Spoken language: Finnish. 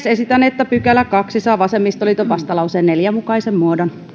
esitän että toinen pykälä saa vasemmistoliiton vastalauseen neljän mukaisen muodon